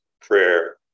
prayer